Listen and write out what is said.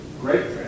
great